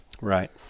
Right